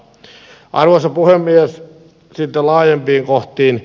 sitten laajempiin kohtiin